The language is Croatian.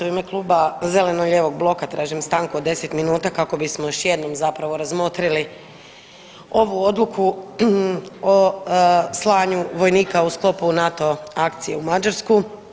U ime Kluba zeleno-lijevog bloka tražim stanku od deset minuta kako bismo još jednom zapravo razmotrili ovu odluku o slanju vojnika u sklopu NATO akcije u Mađarsku.